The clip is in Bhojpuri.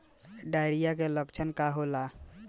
डायरिया के लक्षण का होला?